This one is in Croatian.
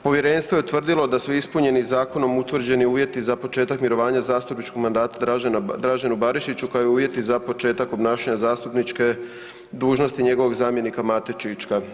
Povjerenstvo je utvrdilo da su ispunjeni zakonom utvrđeni uvjeti za početak mirovanja zastupničkog mandata Draženu Barišiću koja je uvjet i za početak obnašanja zastupničke dužnosti njegovog zamjenika Mate Čička.